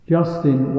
Justin